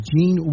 Jean